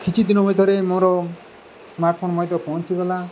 କିଛିଦିନ ଭିତରେ ମୋର ସ୍ମାର୍ଟ୍ଫୋନ୍ ମଧ୍ୟ ପହଞ୍ଚିଗଲା